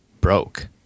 broke